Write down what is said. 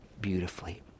beautifully